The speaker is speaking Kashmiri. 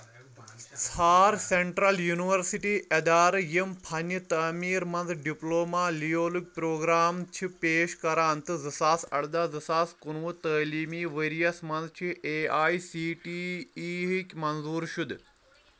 ژھانڑ سیٚنٛٹرٛل یُنورسِٹی ادارٕ یِم فنہِ تعمیر مَنٛز ڈِپلوما لیولُک پروگرام چھُ پیش کران تہٕ زٕ ساس اَردہ زٕ ساس کُنوُہ تعلیٖمی ؤرۍ یَس مَنٛز چھِ A I C T E ہِک منظوٗر شُدٕ